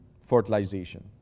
fertilization